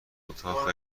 اتاق